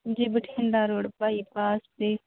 ਜੀ Bathinda road bypass 'ਤੇ